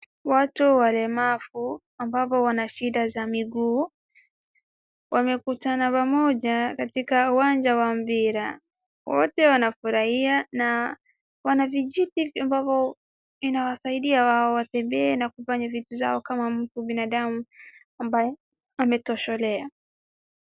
Watu walemavu ambao wana shida za miguu wamekutana pamoja katika uwanja wa mpira. Wote wanafurahia na wana vijiti ambavyo vinawasaidia wao watembee na kufanya vitu zao kama binadamu ambaye ametoshelea.